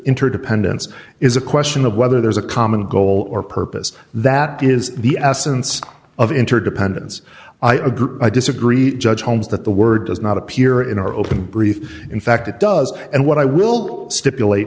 interdependence is a question of whether there's a common goal or purpose that is the essence of interdependence i agree i disagree judge holmes that the word does not appear in our opening brief in fact it does and what i will stipulate